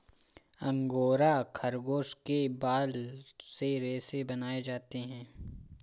angora खरगोश के बाल से रेशे बनाए जाते हैं